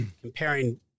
comparing